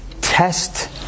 test